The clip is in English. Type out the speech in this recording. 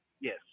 yes